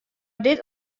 dit